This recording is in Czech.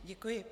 Děkuji.